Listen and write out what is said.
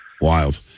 wild